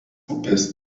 upės